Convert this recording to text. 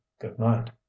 good-night